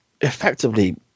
effectively